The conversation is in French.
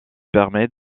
permet